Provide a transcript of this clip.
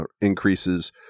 increases